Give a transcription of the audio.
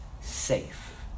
safe